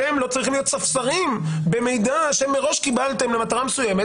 אתם לא צריכים להיות ספסרים במידע שמראש קיבלתם למטרה מסוימת.